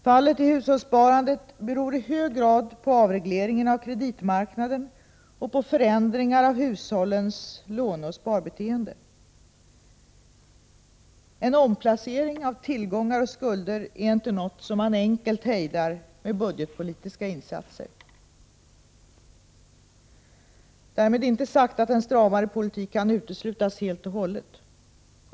Fallet i hushållssparandet beror i hög grad på avregleringen av kreditmarknaden och på förändringar av hushållens låneoch sparbeteende. Och en omplacering av tillgångar och skulder är inte något som man enkelt hejdar med budgetpolitiska insatser. Därmed inte sagt att en stramare politik kan uteslutas helt och hållet.